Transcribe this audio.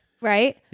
Right